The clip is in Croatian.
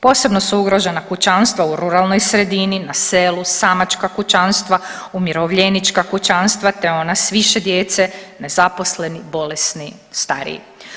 Posebno su ugrožena kućanstva u ruralnoj sredini, na selu, samačka kućanstva, umirovljenička kućanstva te ona s više djece, nezaposleni, bolesni, stariji.